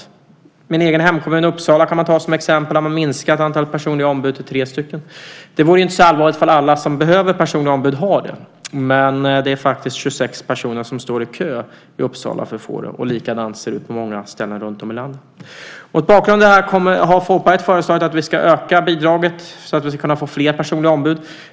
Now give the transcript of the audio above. Jag kan ta min egen hemkommun Uppsala som exempel. Där har man minskat antalet personliga ombud till tre stycken. Det vore inte så allvarligt ifall alla som behövde personliga ombud hade det, men det är faktiskt 26 personer i Uppsala som står i kö för att få det. Likadant ser det ut på många ställen runtom i landet. Mot bakgrund av detta har Folkpartiet föreslagit att vi ska öka bidraget så att vi ska kunna få fler personliga ombud.